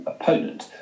opponent